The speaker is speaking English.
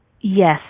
yes